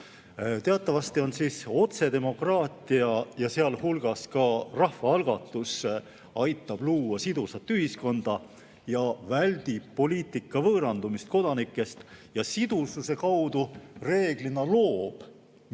Teatavasti aitab otsedemokraatia, sealhulgas rahvaalgatus, luua sidusat ühiskonda, väldib poliitika võõrandumist kodanikest ja sidususe kaudu reeglina loob, mitte